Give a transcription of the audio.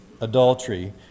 adultery